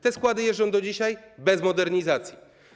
Te składy jeżdżą do dzisiaj, bez modernizacji.